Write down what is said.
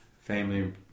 family